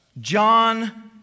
John